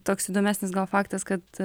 toks įdomesnis faktas kad